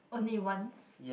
only once